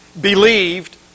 believed